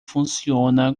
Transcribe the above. funciona